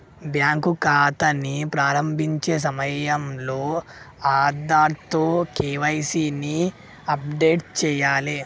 bank ఖాతాని ప్రారంభించే సమయంలో ఆధార్తో కేవైసీ ని అప్డేట్ చేయాలే